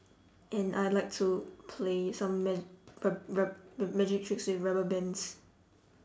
and I like to play some ma~ rub~ rub~ ru~ magic tricks with some rubber bands